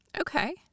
Okay